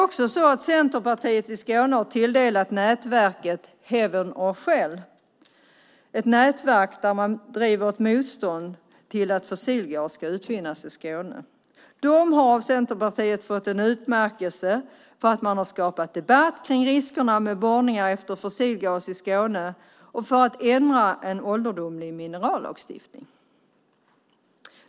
Centerpartiet i Skåne har tilldelat nätverket Heaven or Shell, ett nätverk som driver ett motstånd mot att fossilgas ska utvinnas i Skåne, en utmärkelse för att man har skapat debatt kring riskerna med borrning efter fossilgas i Skåne och för att ändra en ålderdomlig minerallagstiftning.